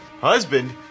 husband